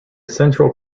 central